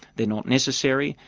they're not necessary,